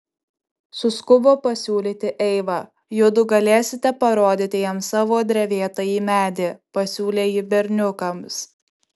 suskubo pasiūlyti eiva judu galėsite parodyti jam savo drevėtąjį medį pasiūlė ji berniukams